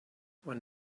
when